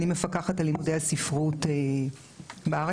אני מפקחת על לימודי הספרות בארץ.